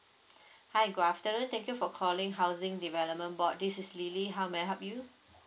hi good afternoon thank you for calling housing development board this is lily how may I help you